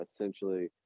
essentially